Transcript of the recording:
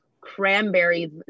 Cranberry